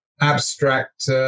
abstract